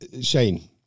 Shane